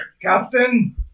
Captain